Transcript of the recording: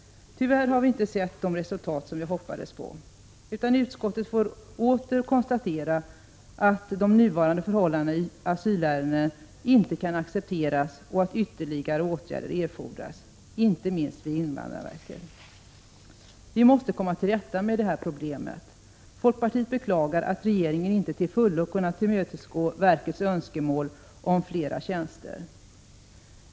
Tyvärr har vi inte sett de resultat som vi hoppats på, utan utskottet får åter konstatera att de nuvarande förhållandena i asylärenden inte kan accepteras och att ytterligare åtgärder erfordras, inte minst hos invandrarverket. Vi måste komma till rätta med detta problem. Folkpartiet beklagar att regeringen inte till fullo kunnat tillmötesgå verkets önskemål om flera tjänster.